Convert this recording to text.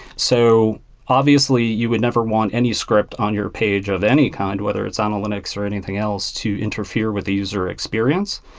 so obviously, you would never want any script on your page of any kind, whether it's analytics or anything else to interfere with the user experience.